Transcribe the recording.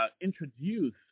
introduce